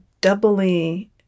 doubly